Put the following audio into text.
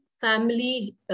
family